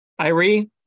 Irie